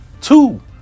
two